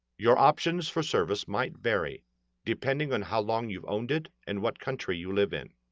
your options for service might vary depending on how long you've owned it and what country you live in.